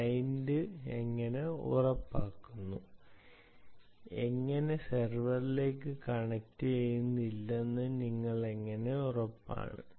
client എങ്ങനെ ഉറപ്പാക്കുന്നു എങ്ങനെ സെർവറിലേക്ക് കണക്റ്റുചെയ്യുന്നില്ലെന്ന് നിങ്ങൾക്ക് എങ്ങനെ ഉറപ്പാണ്